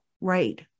right